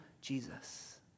Jesus